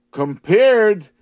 compared